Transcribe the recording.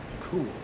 cool